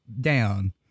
down